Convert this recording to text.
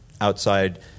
outside